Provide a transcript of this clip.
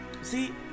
See